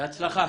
בהצלחה.